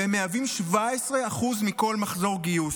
הם מהווים 17% מכל מחזור גיוס,